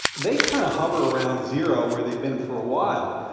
they kind of hover around zero, where they've been for a while.